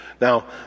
Now